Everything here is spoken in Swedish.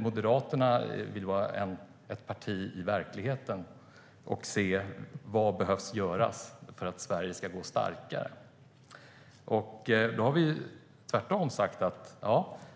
Moderaterna vill vara ett parti i verkligheten och se vad som behöver göras för att Sverige ska bli starkare. Tvärtom har vi sagt att